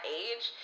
age